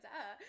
Duh